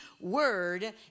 word